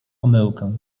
omyłkę